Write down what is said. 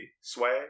swag